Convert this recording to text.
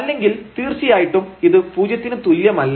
അല്ലെങ്കിൽ തീർച്ചയായിട്ടും ഇത് പൂജ്യത്തിനു തുല്യമല്ല